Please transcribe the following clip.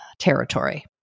Territory